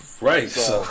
Right